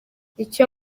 icyo